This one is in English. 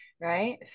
right